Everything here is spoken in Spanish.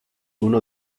uno